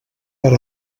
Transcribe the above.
per